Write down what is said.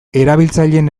erabiltzaileen